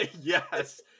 Yes